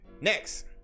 next